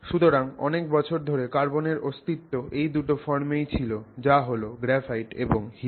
সুতরাং অনেক বছর ধরে কার্বনের অস্তিত্ব এই দুটো ফর্মেই ছিল যা হল গ্রাফাইট এবং হীরা